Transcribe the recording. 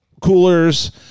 coolers